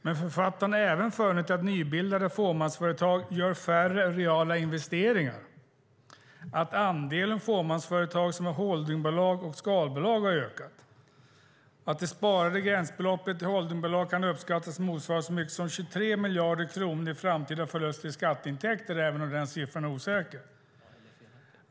Men författarna har även funnit att nybildade fåmansföretag gör färre reala investeringar, att andelen fåmansföretag som är holdingbolag och skalbolag har ökat och att det sparade gränsbeloppet till holdingbolag kan uppskattas motsvara så mycket som 23 miljarder kronor i framtida förluster i skatteintäkter, även om den siffran är osäker.